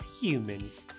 humans